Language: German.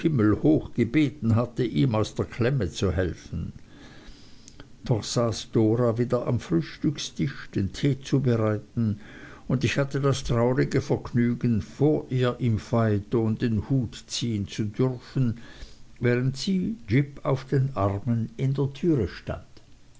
himmelhoch gebeten hatte ihm aus der klemme zu helfen doch saß dora wieder am frühstückstisch den tee zu bereiten und ich hatte das traurige vergnügen vor ihr im phaeton den hut ziehen zu dürfen während sie jip auf den armen in der türe stand